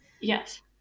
yes